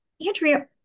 Andrea